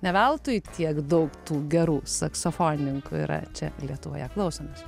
ne veltui tiek daug tų gerų saksofonininkų yra čia lietuvoje klausomės